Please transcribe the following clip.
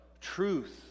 Truth